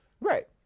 Right